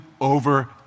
over